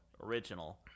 original